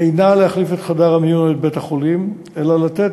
אינה להחליף את חדר המיון או את בית-החולים אלא לתת